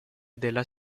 della